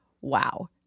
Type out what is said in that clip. wow